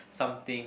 something